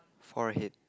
forehead